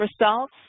results